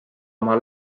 oma